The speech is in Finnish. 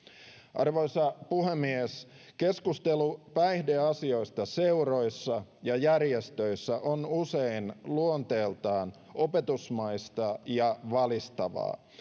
arvoisa puhemies keskustelu päihdeasioista seuroissa ja järjestöissä on usein luonteeltaan opetusmaista ja valistavaa